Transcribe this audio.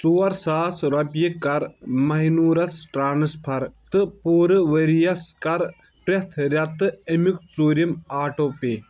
ژور ساس رۄپیہِ کَر مہنوٗرس ٹرانسفر تہٕ پوٗرٕ ؤرۍ یَس کَر پرٛٮ۪تھ رٮ۪تہٕ امیُک ژوٗرِم آٹو پے